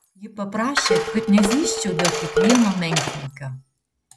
ji paprašė kad nezyzčiau dėl kiekvieno menkniekio